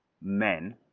men